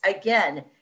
again